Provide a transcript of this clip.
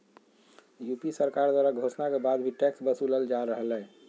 UP सरकार द्वारा घोषणा के बाद भी टैक्स वसूलल जा रहलय